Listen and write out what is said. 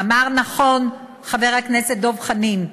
אמר נכון חבר הכנסת דב חנין.